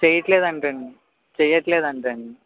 చెయ్యట్లేదంటండి చెయ్యట్లేదంటండి